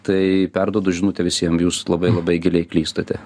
tai perduodu žinutę visiem jūs labai labai giliai klystate